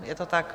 Je to tak?